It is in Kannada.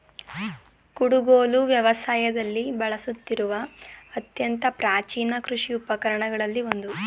ಕುಡುಗೋಲು ವ್ಯವಸಾಯದಲ್ಲಿ ಬಳಸುತ್ತಿರುವ ಅತ್ಯಂತ ಪ್ರಾಚೀನ ಕೃಷಿ ಉಪಕರಣಗಳಲ್ಲಿ ಒಂದು